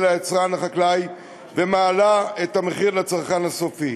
היצרן-החקלאי ומעלה את המחיר לצרכן הסופי.